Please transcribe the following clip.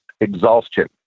exhaustion